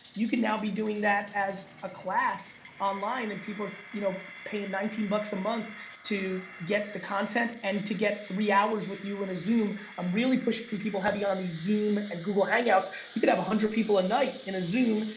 you can now be doing that as a class online and people are you know paying nineteen bucks a month to get the content and to get three hours with you in a zoom. i'm really pushing people heavy on these zoom and google hangouts. you could have a hundred people a night in a zoom,